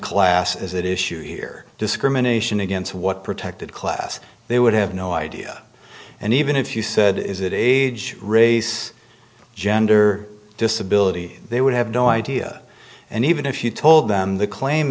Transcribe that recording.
class is that issue here discrimination against what protected class they would have no idea and even if you said is it age race gender disability they would have no idea and even if you told them the claim